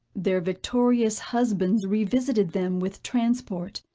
their victorious husbands re-visited them with transport,